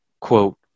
quote